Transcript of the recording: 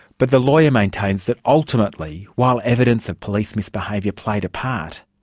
but the lawyer maintains that ultimately, while evidence of police misbehaviour played a part,